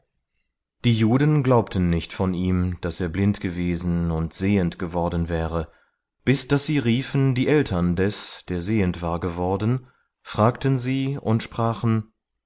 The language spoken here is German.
die juden glaubten nicht von ihm daß er blind gewesen und sehend geworden wäre bis daß sie riefen die eltern des der sehend war geworden fragten sie und sprachen